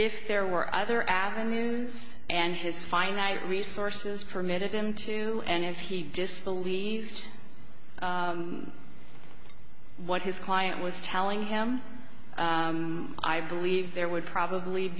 if there were other avenues and his finite resources permitted him to and if he just believed what his client was telling him i believe there would probably